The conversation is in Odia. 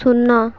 ଶୂନ